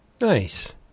Nice